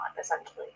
essentially